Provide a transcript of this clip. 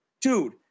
dude